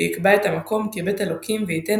הוא יקבע את המקום כבית אלוהים ויתן